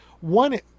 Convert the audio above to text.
One